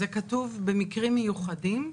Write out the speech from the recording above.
זה כתוב במקרים מיוחדים.